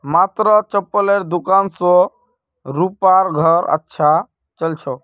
मात्र चप्पलेर दुकान स रूपार घर अच्छा चल छ